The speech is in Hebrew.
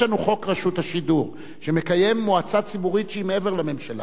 יש לנו חוק רשות השידור שמקיים מועצה ציבורית שהיא מעבר לממשלה.